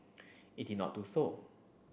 it did not do so